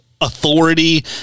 authority